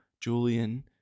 julian